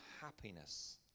happiness